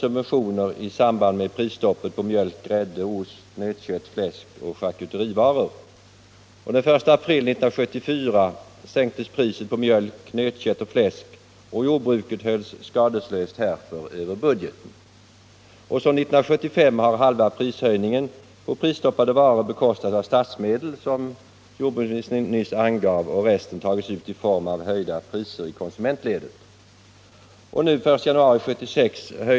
Under 1975 har halva prishöjningen på prisstoppade varor bekostats av statsmedel, som jordbruksministern nyss angav, och resten har tagits ut i form av höjda priser i konsumentledet.